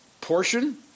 portion